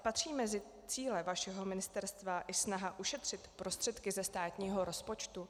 Patří mezi cíle vašeho ministerstva i snaha ušetřit prostředky ze státního rozpočtu?